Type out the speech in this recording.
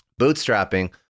Bootstrapping